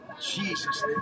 Jesus